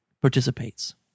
participates